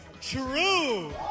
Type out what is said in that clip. true